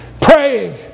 praying